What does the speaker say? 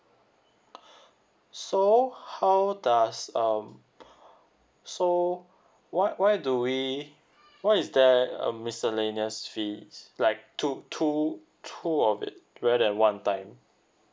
so how does um so why why do we why is there uh miscellaneous fees like two two two of it where that one time